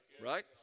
Right